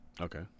Okay